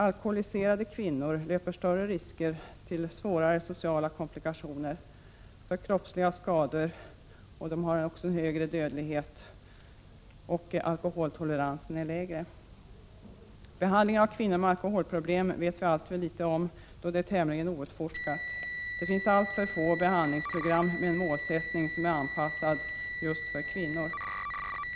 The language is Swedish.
Alkoholiserade kvinnor löper större risk för svårare sociala komplikationer och kroppsliga skador. De har också en högre dödlighet och en lägre alkoholtolerans. Vi vet alltför litet om behandlingen av kvinnor med alkoholproblem, eftersom det området är tämligen outforskat. Det finns alltför få behandlingsprogram med en målsättning som är anpassad till just kvinnor.